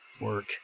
work